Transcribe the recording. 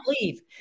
leave